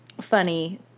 funny